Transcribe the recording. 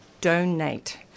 donate